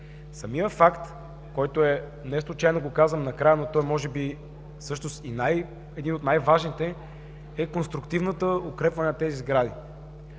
Самият факт, който е – неслучайно го казвам накрая, но той може би, всъщност е един от най-важните, е конструктивното укрепване на тези сгради.